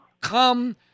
come